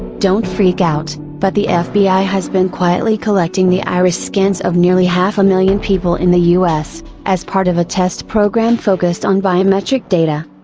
don't freak out but the yeah fbi has been quietly collecting the iris scans of nearly half a million people in the us as part of a test program focused on biometric data.